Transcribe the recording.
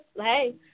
Hey